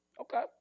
okay